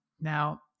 Now